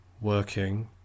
working